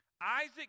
Isaac